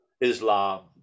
islam